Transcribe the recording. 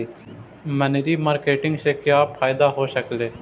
मनरी मारकेटिग से क्या फायदा हो सकेली?